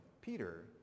Peter